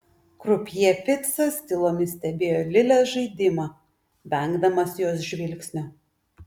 krupjė ficas tylomis stebėjo lilės žaidimą vengdamas jos žvilgsnio